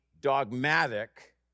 dogmatic